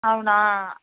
అవునా